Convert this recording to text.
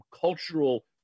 cultural